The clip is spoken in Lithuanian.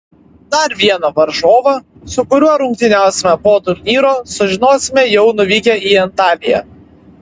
dar vieną varžovą su kuriuo rungtyniausime po turnyro sužinosime jau nuvykę į antaliją